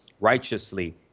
righteously